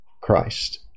Christ